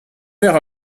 père